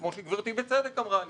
כמו שגברתי בצדק אמרה לי,